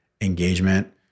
engagement